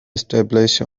established